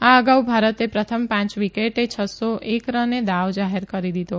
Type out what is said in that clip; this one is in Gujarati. આ અગાઉ ભારતે પ્રથમ પાંચ વિકેટે છસ્સો એક રને દાવ જાહેર કરી દીધો